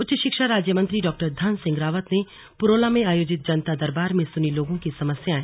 उच्च शिक्षा राज्य मंत्री डॉ धन सिंह रावत ने पुरोला में आयोजित जनता दरबार में सुनी लोगों की समस्याएं